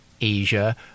Asia